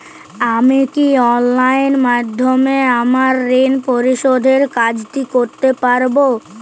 আমি কি অনলাইন মাধ্যমে আমার ঋণ পরিশোধের কাজটি করতে পারব?